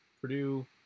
Purdue